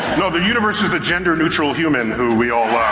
no, the universe is a gender neutral human who we all